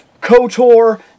KotOR